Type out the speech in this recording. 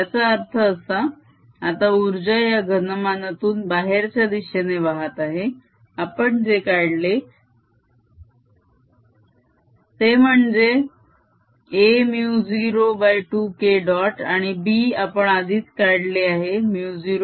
याचा अर्थ असा आता उर्जा या घनमानातून बाहेरच्या दिशेने वाहत आहे आपण जे काढेले ते म्हणजे a μ02Kडॉट आणि B आपण आधीच काढले आहे μ0K